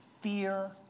Fear